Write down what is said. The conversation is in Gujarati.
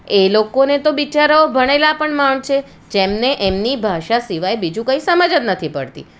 એ લોકોને તો બિચારાઓ ભણેલા પણ માણ છે જેમને એમની ભાષા સિવાય બીજું કંઈ સમજ જ નથી પડતી